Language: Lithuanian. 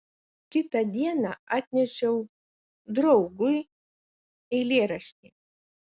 kitą dieną atnešiau draugui eilėraštį